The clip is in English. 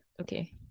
Okay